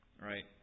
right